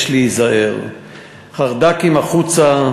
יש להיזהר"; "חרד"קים החוצה",